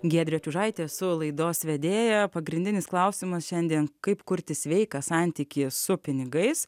giedrė čiužaitė esu laidos vedėja pagrindinis klausimas šiandien kaip kurti sveiką santykį su pinigais